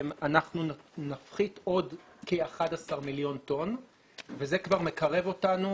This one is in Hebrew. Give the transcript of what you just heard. אנחנו נפחית עוד כ-11 מיליון טון וזה כבר מקרב אותנו